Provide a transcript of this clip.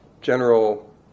general